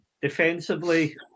Defensively